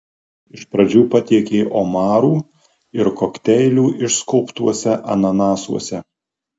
iš pradžių patiekė omarų ir kokteilių išskobtuose ananasuose